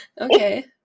okay